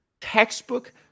textbook